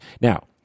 Now